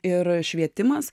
ir švietimas